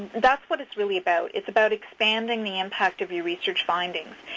that's what it's really about. it's about expanding the impact of your research findings.